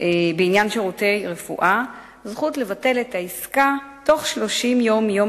בעניין שירותי רפואה זכות לבטל את העסקה תוך 30 יום מיום